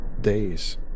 days